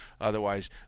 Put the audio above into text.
Otherwise